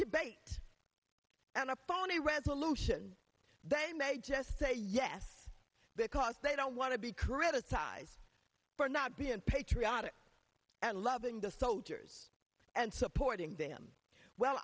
debate and a phony resolution then they just say yes because they don't want to be criticized for not being patriotic and loving the soldiers and supporting them well